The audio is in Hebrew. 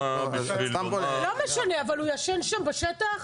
לא משנה, אבל הוא ישן שם בשטח?